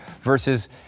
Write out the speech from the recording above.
versus